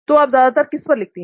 तो आप ज्यादातर किस पर लिखती हैं